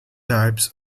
types